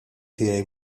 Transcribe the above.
tiegħi